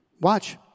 Watch